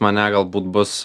mane galbūt bus